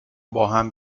باهم